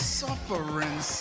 suffering